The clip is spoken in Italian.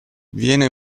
viene